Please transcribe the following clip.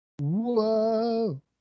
Whoa